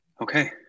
Okay